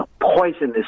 poisonous